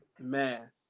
Man